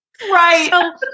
Right